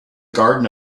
garden